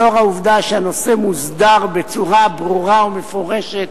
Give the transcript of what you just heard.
לאור העובדה שהנושא מוסדר בצורה ברורה ומפורשת,